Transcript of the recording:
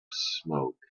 smoke